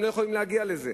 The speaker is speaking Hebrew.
הם לא יכולים להגיע לזה,